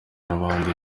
n’abandi